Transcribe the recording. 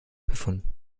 befunden